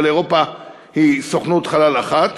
אבל אירופה היא סוכנות חלל אחת,